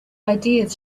ideas